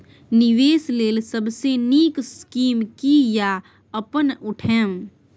निवेश लेल सबसे नींक स्कीम की या अपन उठैम?